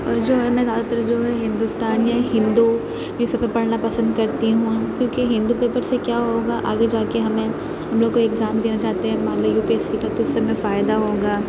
اور جو ہمیں زیادہ تر جو ہے ہندوستان میں ہندو کی فکر پڑھنا پسند کرتی ہوں کیونکہ ہندو پیپر سے کیا ہوگا آگے جا کے ہمیں ہم لوگ اکزام دینے جاتے ہیں مان لیجیے یو پی ایس سی کی تو اس سمئے فائدہ ہوگا